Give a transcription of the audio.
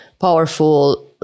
powerful